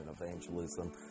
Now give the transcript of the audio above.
evangelism